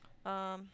um